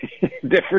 different